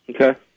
Okay